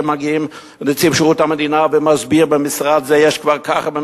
ומגיע נציב שירות המדינה ומסביר: במשרד זה יש כבר כך,